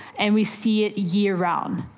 and we see it year round.